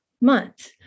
month